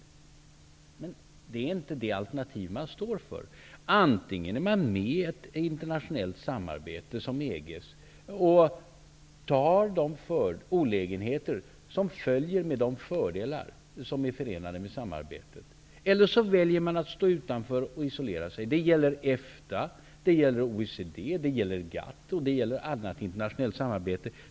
Men det är inte det alternativet man står inför. Antingen är man med i ett internationellt samarbete som EG:s och tar de olägenheter som följer med de fördelar som är förenade med samarbetet eller också väljer man att stå utanför och isolera sig. Det gäller EFTA, det gäller OECD, det gäller GATT och det gäller allt internationellt samarbete.